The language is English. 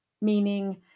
meaning